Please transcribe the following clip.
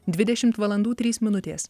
dvidešimt valandų trys minutės